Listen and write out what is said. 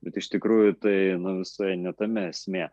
bet iš tikrųjų tai visai ne tame esmė